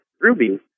Ruby